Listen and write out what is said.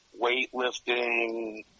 weightlifting